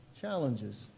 challenges